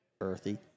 Earthy